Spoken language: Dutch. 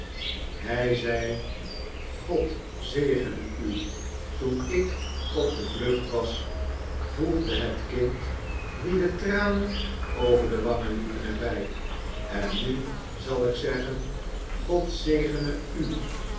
hij zeide god zegene u toen ik op de vlucht was voegde het kind wien de tranen over de wangen liepen er bij en nu zal ik zeggen god zegene ut